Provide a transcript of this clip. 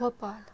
नाल